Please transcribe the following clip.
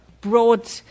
broad